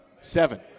Seven